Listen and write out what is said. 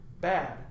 bad